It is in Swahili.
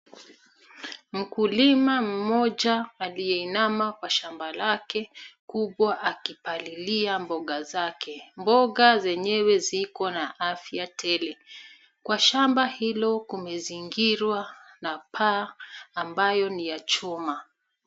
Mkulima mmoja aliyeinama kwa shamba lake kubwa akipalilia mboga zake. Mboga zenyewe ziko na afya tele. Kwa shamba hilo kumezingirwa na paa ambayo ni ya chuma.